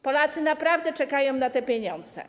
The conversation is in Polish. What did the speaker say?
Polacy naprawdę czekają na te pieniądze.